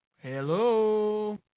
Hello